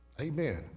Amen